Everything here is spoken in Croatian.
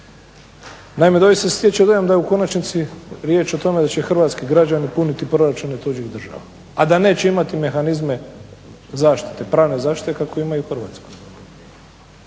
Naime, doista se stječe dojam da je u konačnici riječ o tome da će hrvatski građani puniti proračun tuđih država, a da neće imati mehanizme zaštite, pravne zaštite kakve imaju u Hrvatskoj.